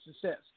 success